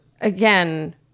again